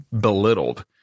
belittled